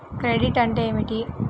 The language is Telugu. క్రెడిట్ అంటే ఏమిటి?